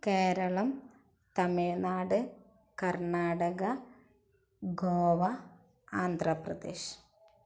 Keralam Tamil Nadu Karnataka Goa Andhra Pradesh